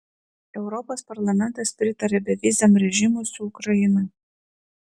europos parlamentas pritarė beviziam režimui su ukraina